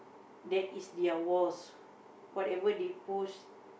there is their walls whatever they post